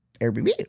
Airbnb